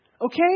Okay